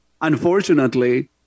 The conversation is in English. Unfortunately